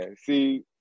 see